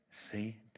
See